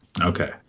Okay